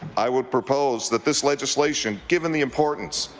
i would propose that this legislation, given the importance,